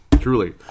Truly